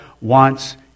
wants